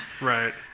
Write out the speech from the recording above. Right